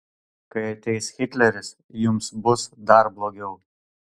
kai ateis hitleris jums bus dar blogiau